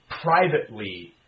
privately